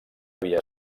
havia